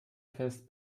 fest